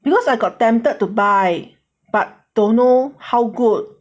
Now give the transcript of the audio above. because I got tempted to buy but don't know how good